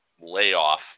layoff